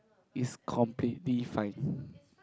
is completely fine